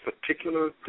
particular